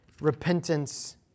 repentance